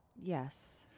Yes